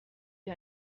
wie